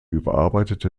überarbeitete